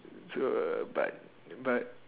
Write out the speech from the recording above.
so uh but but